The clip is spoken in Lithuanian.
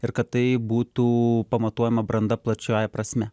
ir kad tai būtų pamatuojama branda plačiąja prasme